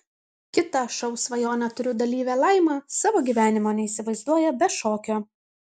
kita šou svajonę turiu dalyvė laima savo gyvenimo neįsivaizduoja be šokio